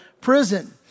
prison